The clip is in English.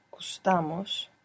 gustamos